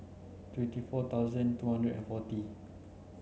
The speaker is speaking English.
twenty four thousand two hundred and forty